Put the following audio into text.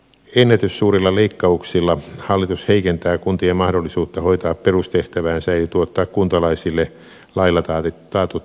ennätyssuurilla leikkauksilla hallitus heikentää kuntien mahdollisuutta hoitaa perustehtäväänsä eli tuottaa kuntalaisille lailla taatut peruspalvelut